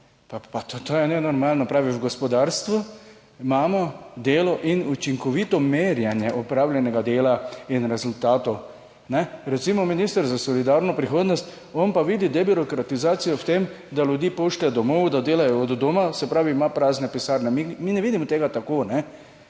Pa to je nenormalno, pravi. v gospodarstvu imamo delo in učinkovito merjenje opravljenega dela in rezultatov. Recimo minister za solidarno prihodnost, on pa vidi debirokratizacijo v tem, da ljudi pošlje domov, da delajo od doma, se pravi, ima prazne pisarne, mi ne vidimo tega tako,